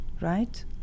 right